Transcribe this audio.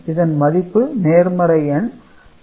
இதன் மதிப்பு நேர்மறை எண் 1 ஆகும்